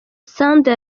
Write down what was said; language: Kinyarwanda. sandra